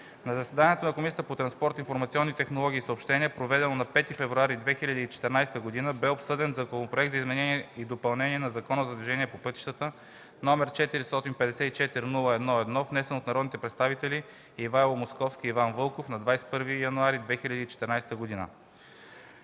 На заседанието на Комисията по транспорт, информационни технологии и съобщения, проведено на 5 февруари 2014 г., бе обсъден Законопроект за изменение и допълнение на Закона за движението по пътищата, № 454-01-1, внесен от народните представители Ивайло Московски и Иван Вълков на 21 януари 2014 г.